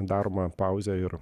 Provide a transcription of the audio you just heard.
daroma pauzė ir